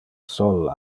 sol